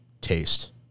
taste